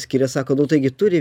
skiria sako nu taigi turi